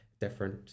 different